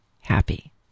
happy